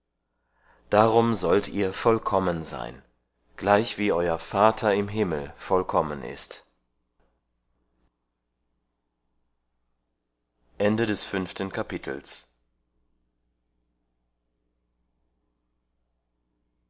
darum sollt ihr vollkommen sein gleichwie euer vater im himmel vollkommen ist